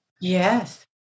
yes